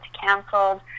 canceled